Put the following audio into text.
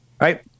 right